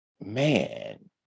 man